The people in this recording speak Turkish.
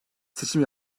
seçim